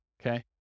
okay